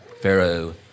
Pharaoh